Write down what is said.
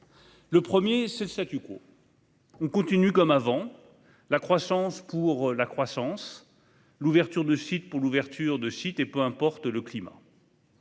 Le premier choix, c'est le : on continue comme avant, la croissance pour la croissance, l'ouverture de sites pour l'ouverture de sites, et peu importe le climat